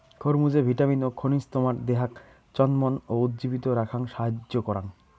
খরমুজে vitamin ও খনিজ তোমার দেহাক চনমন ও উজ্জীবিত রাখাং সাহাইয্য করাং